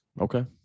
okay